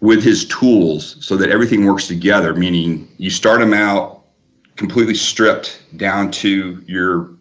with his tools so that everything works together, meaning you start him out completely stripped down to your,